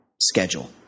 schedule